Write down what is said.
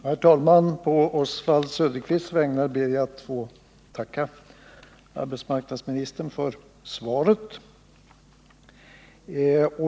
Herr talman! På Oswald Söderqvists vägnar ber jag att få tacka arbetsmarknadsministern för svaret.